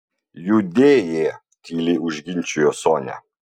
judėjė tyliai užginčijo sonia